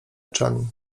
oczami